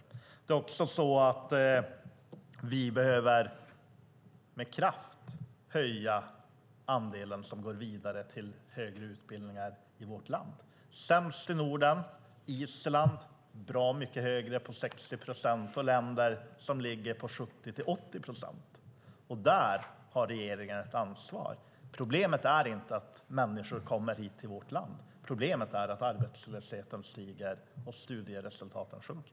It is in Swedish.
Vi behöver också med kraft höja andelen som går vidare till högre utbildningar i vårt land. Vi är sämst i Norden. Island ligger bra mycket högre på 60 procent, och det finns länder som ligger på 70-80 procent. Där har regeringen ett ansvar. Problemet är inte att människor kommer hit till vårt land. Problemet är att arbetslösheten stiger och studieresultaten sjunker.